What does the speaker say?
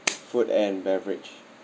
food and beverage